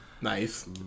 Nice